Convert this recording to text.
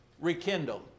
Rekindle